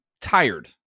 tired